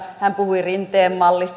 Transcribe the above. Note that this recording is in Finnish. hän puhui rinteen mallista